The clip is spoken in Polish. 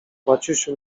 maciusiu